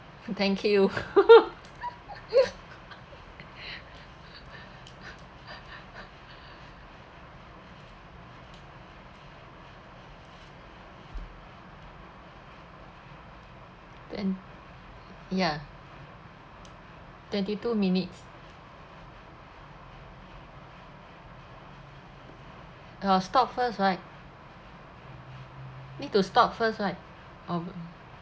thank you then ya thirty two minutes I will stop first right need to stop first right oh